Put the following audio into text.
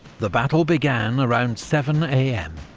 the battle began around seven am,